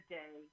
day